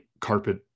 carpet